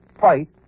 Fight